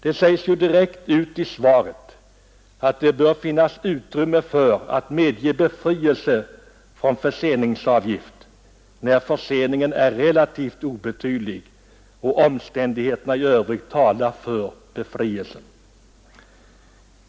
Det sägs ju direkt ut i svaret att det bör finnas utrymme för att medge befrielse från förseningsavgift när förseningen är relativt obetydlig och omständigheterna i övrigt talar för befrielse.